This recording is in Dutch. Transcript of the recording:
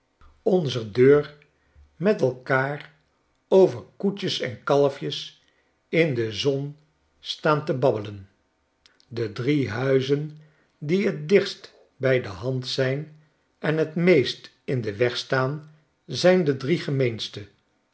onzer deur met elkaar over koetjes en kalfjes in de zon staan te babbelen de drie huizen die t dichtst bij de hand ziin en het meest in den weg staan zijn de drie gemeenste